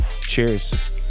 Cheers